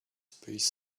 space